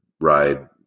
ride